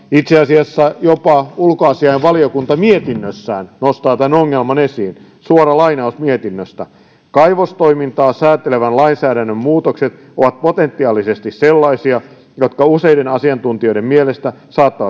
itse asiassa jopa ulkoasiainvaliokunta mietinnössään nostaa tämän ongelman esiin suora lainaus mietinnöstä kaivostoimintaa säätelevän lainsäädännön muutokset ovat potentiaalisesti sellaisia jotka useiden asiantuntijoiden mielestä saattaisivat